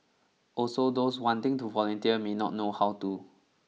also those wanting to volunteer may not know how to